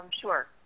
Sure